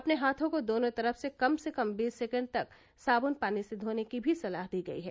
अपने हाथों को दोनों तरफ से कम से कम बीस सेकेण्ड तक साबुन पानी से धोने की भी सलाह दी गयी है